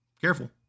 careful